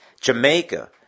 Jamaica